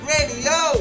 Radio